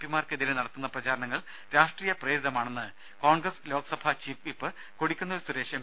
പിമാർക്കെതിരെ നടത്തുന്ന പ്രചരണങ്ങൾ രാഷ്ട്രീയ പ്രേരിതമാണെന്ന് Congress Lok Sabha chief whip Kodikunnil Suresh M